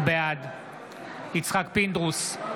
בעד יצחק פינדרוס,